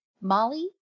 Molly